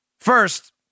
First